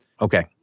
Okay